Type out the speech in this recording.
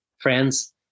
friends